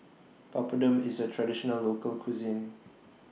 Papadum IS A Traditional Local Cuisine